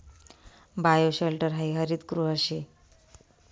bioshelter हायी हरितगृह शे